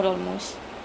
oh